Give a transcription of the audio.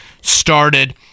started